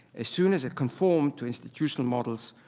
as soon as it conformed to institutional models,